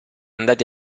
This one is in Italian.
andati